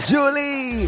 Julie